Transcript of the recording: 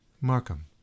markham